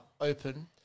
open